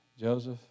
Joseph